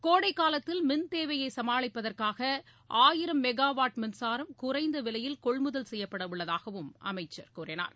கோடை காலத்தில் மின் தேவையை சமாளிப்பதற்காக ஆயிரம் மெகா வாட் மின்சாரம் குறைந்த விலையில் கொள்முதல் செய்யவுள்ளதாகவும் அமைச்சர் கூறினார்